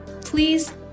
Please